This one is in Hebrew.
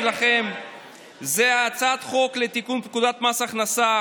לכם את הצעת חוק לתיקון פקודת מס הכנסה.